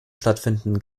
stattfinden